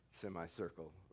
semi-circle